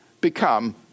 become